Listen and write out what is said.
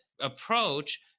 approach